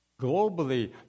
Globally